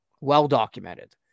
well-documented